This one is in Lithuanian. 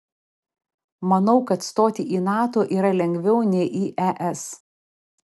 manau kad stoti į nato yra lengviau nei į es